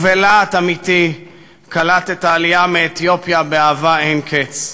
ובלהט אמיתי קלט את העלייה מאתיופיה באהבה אין-קץ.